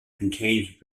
contains